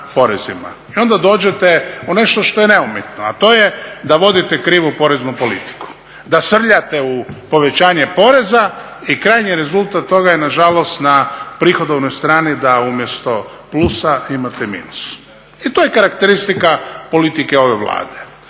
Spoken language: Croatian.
I onda dođete u nešto što je neumitno, a to je da vodite krivu poreznu politiku, da srljate u povećanje poreza i krajnji rezultat toga je nažalost na prihodovnoj strani da umjesto plusa imate minus. I to je karakteristika politike ove Vlade.